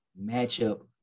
matchup